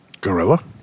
Gorilla